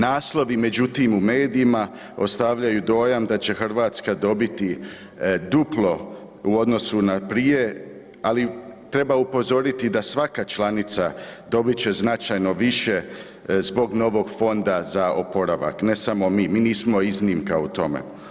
Naslovi međutim u medijima ostavljaju dojam da će Hrvatska dobiti duplo u odnosu na prije, ali treba upozoriti da svaka članica dobit će značajno više zbog novog fonda za oporavak, ne samo mi, mi nismo iznimka u tome.